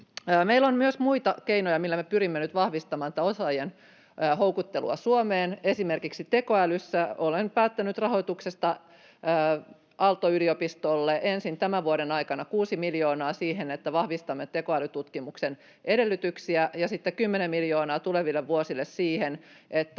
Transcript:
Meillä on myös muita keinoja, millä me pyrimme nyt vahvistamaan tätä osaajien houkuttelua Suomeen. Esimerkiksi tekoälyssä olen päättänyt rahoituksesta Aalto-yliopistolle: ensin tämän vuoden aikana kuusi miljoonaa siihen, että vahvistamme tekoälytutkimuksen edellytyksiä, ja sitten 10 miljoonaa tuleville vuosille siihen, että